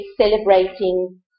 celebrating